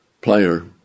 player